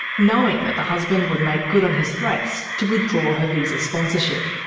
knowing that the husband would make good on his threats to withdraw her visa sponsorship.